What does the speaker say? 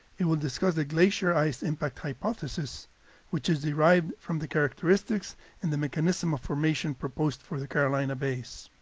it will discuss the glacier ice impact hypothesis which is derived from the characteristics and the mechanism of formation proposed for the carolina bays.